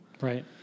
Right